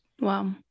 Wow